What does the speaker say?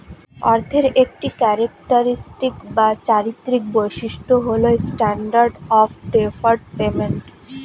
অর্থের একটি ক্যারেক্টারিস্টিক বা চারিত্রিক বৈশিষ্ট্য হল স্ট্যান্ডার্ড অফ ডেফার্ড পেমেন্ট